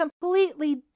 completely